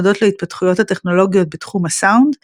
הודות להתפתחויות הטכנולוגיות בתחום הסאונד,